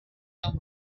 feel